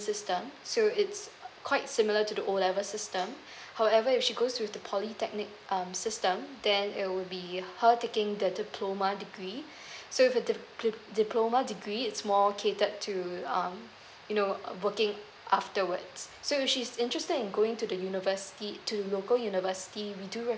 system so it's quite similar to the O level system however if she goes through the polytechnic um system then it will be her taking the diploma degree so the diploma degree it's more catered to um you know working afterwards so if she's interested in going to the university to local university we do